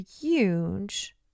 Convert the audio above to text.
huge